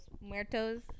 Muertos